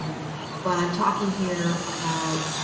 um but i'm talking here about